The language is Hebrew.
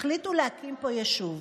החליטו להקים פה יישוב.